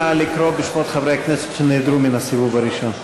נא לקרוא בשמות חברי הכנסת שנעדרו מן הסיבוב הראשון.